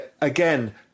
again